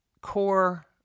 core